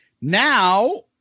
now